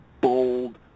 bold